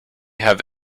have